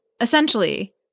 essentially